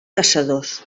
caçadors